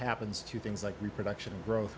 happens to things like reproduction growth